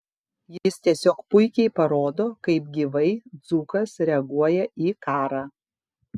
jis tiesiog puikiai parodo kaip gyvai dzūkas reaguoja į karą